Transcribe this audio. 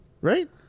right